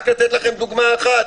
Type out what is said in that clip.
רק לתת לכם דוגמה אחת,